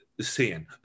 seeing